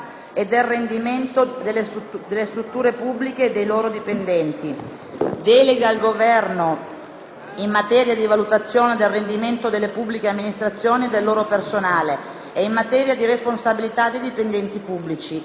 e del rendimento delle strutture pubbliche e dei loro dipendenti. Delega al Governo in materia di valutazione del rendimento delle pubbliche amministrazioni e del loro personale ed in materia di responsabilità dei dipendenti pubblici***